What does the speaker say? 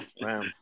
Wow